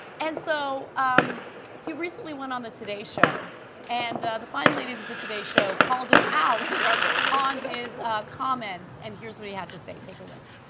and so um he recently went on the today show and the fine ladies of the today show called him out on his comments and here is what he had to say. take a look.